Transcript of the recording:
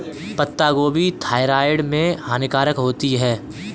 पत्ता गोभी थायराइड में हानिकारक होती है